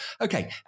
okay